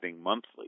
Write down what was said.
monthly